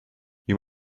you